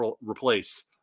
replace